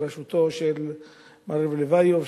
בראשותו של מר לב לבייב,